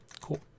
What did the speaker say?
Cool